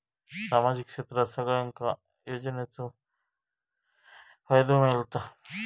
सामाजिक क्षेत्रात सगल्यांका योजनाचो फायदो मेलता?